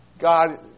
God